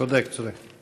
צודק, צודק.